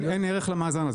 אין ערך למאזן הזה.